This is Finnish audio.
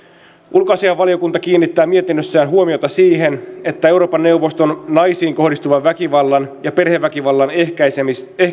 ulkoasiainvaliokunta kiinnittää mietinnössään huomiota siihen että euroopan neuvoston naisiin kohdistuvan väkivallan ja perheväkivallan ehkäisemistä ja